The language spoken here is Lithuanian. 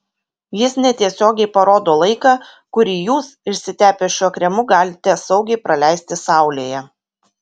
jis netiesiogiai parodo laiką kurį jūs išsitepę šiuo kremu galite saugiai praleisti saulėje